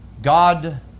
God